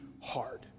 hard